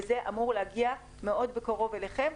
זה אמור להגיע בקרוב מאוד אליכם,